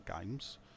games